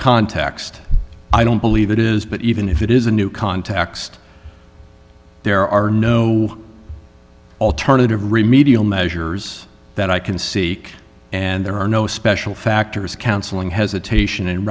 context i don't believe it is but even if it is a new context there are no alternative remedial measures that i can see and there are no special factors counseling hesitation and